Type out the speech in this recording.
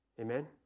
Amen